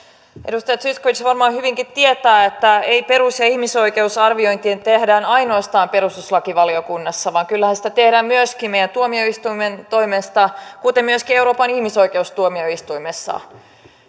edustaja zyskowicz varmaan hyvinkin tietää että ei perus ja ihmisoikeusarviointia tehdä ainoastaan perustuslakivaliokunnassa vaan kyllähän sitä tehdään myöskin meidän tuomioistuinten toimesta kuten myöskin euroopan ihmisoikeustuomioistuimessa